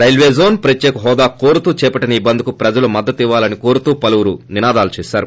railway zone ప్రత్యేక హోదా కోరుతూ చేపట్టిన ఈ బంద్కు ప్రజలు మద్గతు ఇవ్వాలనొకోరుతూ పలువురు నినాదాలు చేశారు